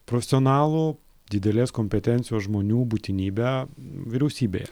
profesionalų didelės kompetencijos žmonių būtinybę vyriausybėje